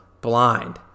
blind